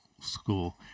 school